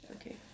Okay